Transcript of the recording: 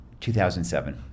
2007